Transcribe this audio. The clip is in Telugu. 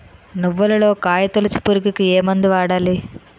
నువ్వులలో కాయ తోలుచు పురుగుకి ఏ మందు వాడాలి?